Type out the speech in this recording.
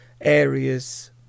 areas